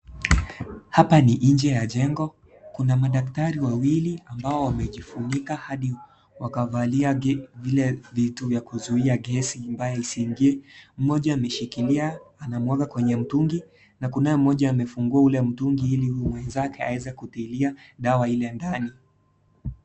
Hapa ni inje ya jengo, kuna madaktari wawili ambao wamejifunika hadi wakavalia vile vitu vya kuzuia gesi mbaya isiingie. Mmoja ameshiukilia, anamwaga kwenye mtungi na kunaye mmoja amefungua ule mtungi ili mwenzake aweze kutilia ile dawa ndani.